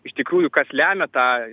iš tikrųjų kas lemia tą